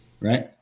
right